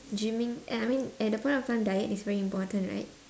gymming uh I mean at the point of time diet is very important right